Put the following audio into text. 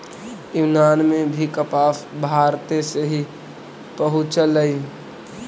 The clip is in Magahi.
यूनान में भी कपास भारते से ही पहुँचलई